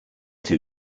too